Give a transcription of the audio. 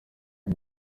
ubu